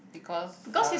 because uh